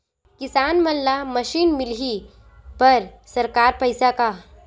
किसान मन ला मशीन मिलही बर सरकार पईसा का?